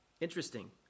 Interesting